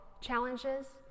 challenges